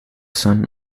son